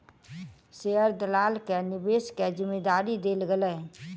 share दलाल के निवेश के जिम्मेदारी देल गेलै